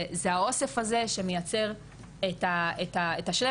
זה את האוסף הזה שמייצר את השלם,